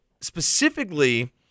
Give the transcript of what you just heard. specifically